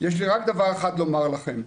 יש לי רק דבר אחד לומר לכם,